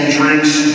drinks